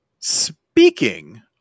Speaking